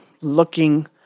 looking